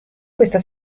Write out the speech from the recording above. questa